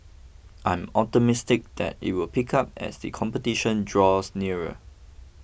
I'm optimistic that it will pick up as the competition draws nearer